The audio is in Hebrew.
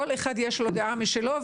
לכל אחד יש דעה משלו,